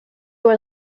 was